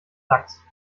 lachs